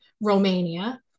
romania